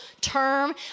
term